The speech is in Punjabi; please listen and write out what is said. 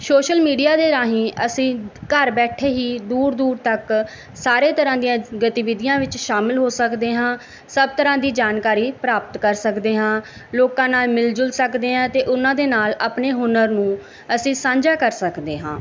ਸੋਸ਼ਲ ਮੀਡੀਆ ਦੇ ਰਾਹੀਂ ਅਸੀਂ ਘਰ ਬੈਠੇ ਹੀ ਦੂਰ ਦੂਰ ਤੱਕ ਸਾਰੇ ਤਰ੍ਹਾਂ ਦੀਆਂ ਗਤੀਵਿਧੀਆਂ ਵਿੱਚ ਸ਼ਾਮਿਲ ਹੋ ਸਕਦੇ ਹਾਂ ਸਭ ਤਰ੍ਹਾਂ ਦੀ ਜਾਣਕਾਰੀ ਪ੍ਰਾਪਤ ਕਰ ਸਕਦੇ ਹਾਂ ਲੋਕਾਂ ਨਾਲ ਮਿਲ ਜੁਲ ਸਕਦੇ ਆਂ ਤੇ ਉਹਨਾਂ ਦੇ ਨਾਲ ਆਪਣੇ ਹੁਨਰ ਨੂੰ ਅਸੀਂ ਸਾਂਝਾ ਕਰ ਸਕਦੇ ਹਾਂ